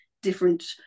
different